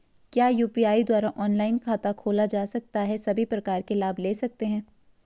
क्या यु.पी.आई द्वारा ऑनलाइन खाता खोला जा सकता है सभी प्रकार के लाभ ले सकते हैं?